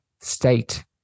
state